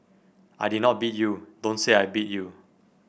I did not beat you Don't say I beat you